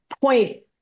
point